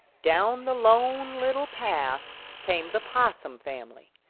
down the lone little path came the possum family,